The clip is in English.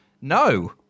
no